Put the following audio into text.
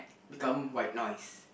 become white noise